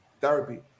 Therapy